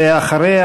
ואחריה,